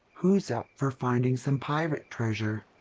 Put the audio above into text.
who's up for finding some pirate treasure?